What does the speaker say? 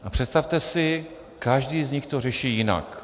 A představte si, že každý z nich to řeší jinak.